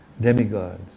demigods